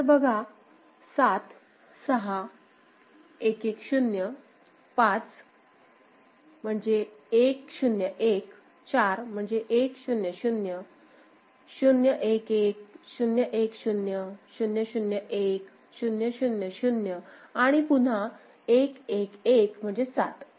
तर बघा 7 6 1 1 0 5 1 0 1 4 1 0 0 0 1 1 0 1 0 0 0 1 0 0 0 आणि पुन्हा 1 1 1